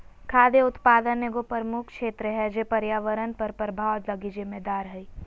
खाद्य उत्पादन एगो प्रमुख क्षेत्र है जे पर्यावरण पर प्रभाव लगी जिम्मेदार हइ